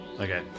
okay